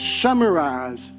summarize